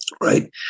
right